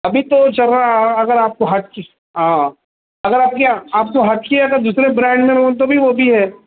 ابھی تو چل رہا اگر آپ کو ہر چیز ہاں اگر آپ کی آپ کو ہر چیز اگر دوسرے برانڈ میں ہو تو بھی وہ بھی ہے